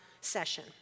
session